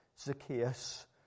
Zacchaeus